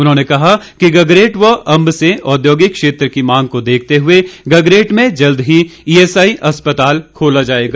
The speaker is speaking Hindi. उन्होंने कहा कि गगरेट व अंब से औद्योगिक क्षेत्र की मांग को देखते हुए गगरेट में जल्द ही ईएसआए अस्पताल खोला जाएगा